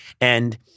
and-